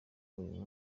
uyu